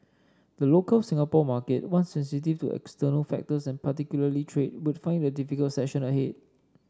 the local Singapore market one sensitive to external factors and particularly trade would find it a difficult session ahead